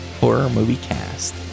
HorrorMovieCast